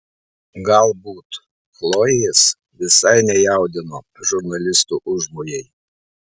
galbūt chlojės visai nejaudino žurnalisto užmojai